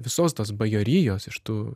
visos tos bajorijos iš tų